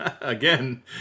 Again